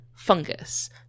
fungus